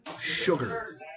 sugar